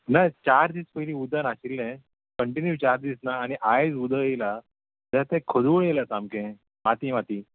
ना चार दीस पयलीं उदक नाशिल्लें कंटिन्यू चार दीस ना आनी आयज उदक येयलां जाल्यार तें खदूळ येयलां सामकें माती माती